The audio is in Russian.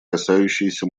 касающиеся